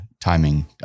timing